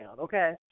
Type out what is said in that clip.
okay